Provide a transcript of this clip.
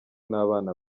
n’abana